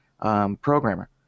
programmer